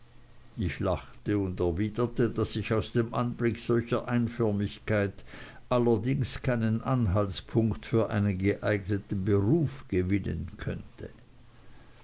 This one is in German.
ich lachte und erwiderte daß ich aus dem anblick solcher einförmigkeit allerdings keinen anhaltspunkt für einen geeigneten beruf gewinnen könnte